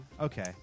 Okay